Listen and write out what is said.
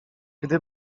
gdy